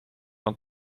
van